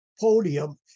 podium